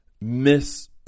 miss